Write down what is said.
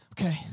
Okay